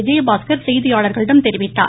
விஜயபாஸ்கர் செய்தியாளர்களிடம் தெரிவித்தார்